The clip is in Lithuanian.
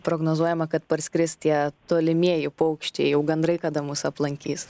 prognozuojama kad parskris tie tolimieji paukščiai jau gandrai kada mus aplankys